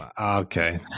Okay